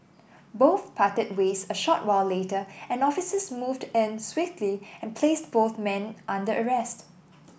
both parted ways a short while later and officers moved in swiftly and placed both men under arrest